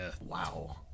Wow